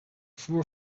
voer